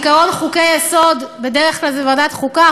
בעיקרון, חוקי-היסוד, בדרך כלל זו ועדת החוקה.